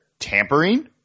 tampering